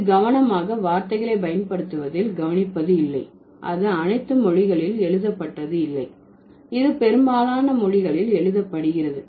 இது கவனமாக வார்த்தைகளை பயன்படுத்துவதில் கவனிப்பது இல்லை அது அனைத்து மொழிகளில் எழுதப்பட்டது இல்லை இது பெரும்பாலான மொழிகளில் எழுதப்படுகிறது